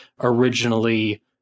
originally